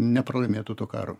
nepralaimėtų to karo